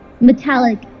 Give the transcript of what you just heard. Metallic